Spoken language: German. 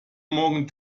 morgen